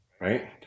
right